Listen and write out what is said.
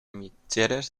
mitgeres